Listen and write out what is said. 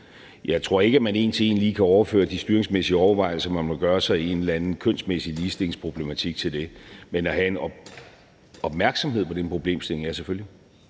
jeg tror ikke, at man en til en lige kan overføre de styringsmæssige overvejelser, man måtte gøre sig i en eller anden kønsmæssig ligestillingsproblematik, til det, men have en opmærksomhed på den problemstilling – ja, selvfølgelig.